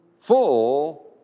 full